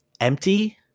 empty